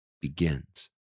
begins